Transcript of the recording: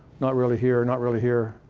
not really here, and not really here,